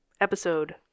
episode